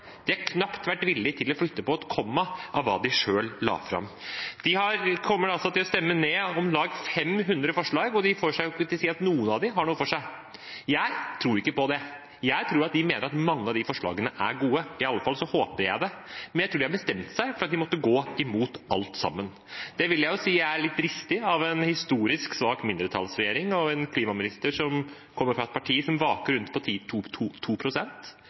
knapt vært villige til å flytte på et komma av hva de selv la fram. De kommer altså til å stemme ned om lag 500 forslag, og de får seg ikke til å si at noen av dem har noe for seg. Jeg tror ikke på det. Jeg tror at de mener at mange av de forslagene er gode, i alle fall håper jeg det, men jeg tror de har bestemt seg for at de måtte gå imot alt sammen. Det vil jeg si er litt dristig av en historisk svak mindretallsregjering og en klimaminister som kommer fra et parti som vaker rundt 2 pst. på